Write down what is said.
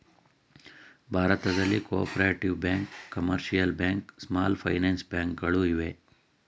ಭಾರತದಲ್ಲಿ cooperative banks, commercial banks, small finance bank ಗಳು ಇವೆ